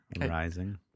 rising